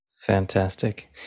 Fantastic